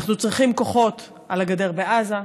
אנחנו צריכים כוחות על הגדר בעזה,